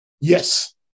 Yes